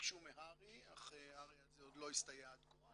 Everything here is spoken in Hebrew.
ביקשו מהר"י אך זה לא הסתייע עד כה,